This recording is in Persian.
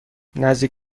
نزدیک